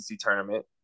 tournament